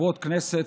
חברות הכנסת,